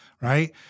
Right